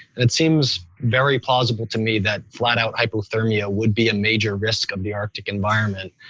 it seems very plausible to me that flat out hyperthermia would be a major risk of the arctic environment.